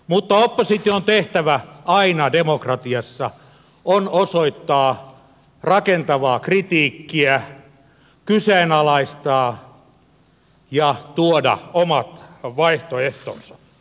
mutta opposition tehtävä demokratiassa on aina osoittaa rakentavaa kritiikkiä kyseenalaistaa ja tuoda omat vaihtoehtonsa